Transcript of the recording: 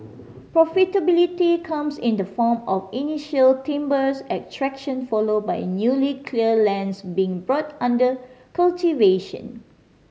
profitability comes in the form of initial timbers extraction followed by newly cleared lands being brought under cultivation